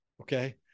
Okay